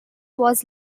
was